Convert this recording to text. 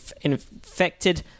infected